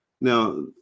Now